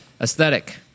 Aesthetic